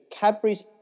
Cadbury's